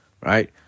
right